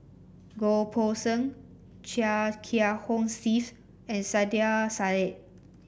Goh Poh Seng Chia Kiah Hong Steve and Saiedah Said